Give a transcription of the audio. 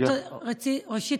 ראשית,